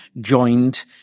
joined